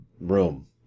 room